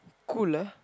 cool lah